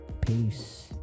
Peace